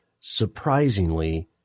surprisingly